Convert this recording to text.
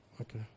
Okay